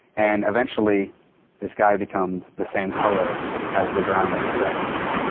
and eventually this guy becomes the same colour as the ground that he bled upon.